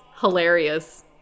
hilarious